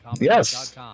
Yes